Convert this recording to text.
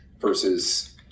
versus